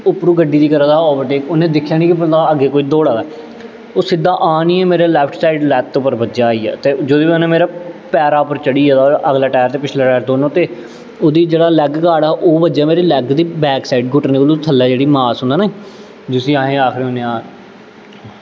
उप्परों गड्डी गी करा दा हा ओवर टेक उन्नै दिक्खेआ निं के बंदा अग्गें कोई दौड़ा दा ऐ ओह् सिद्धा आनियै मेरी लैफ्ट साईड लत्त पर बज्जेआ आइयै ते जेह्दे कन्नै मेरा पैरा उप्पर चढ़ी गेआ ओह्दा अगला टैर ते पिछला टैर दौनों ते ओह्दा जेह्ड़े लैग गार्ड़ हा ओह् बज्जेआ मेरी लैग गी बैक साईड घुटने दे थल्लै जेह्ड़ी मांस होंदा ना जिसी अस आक्खने होन्ने आं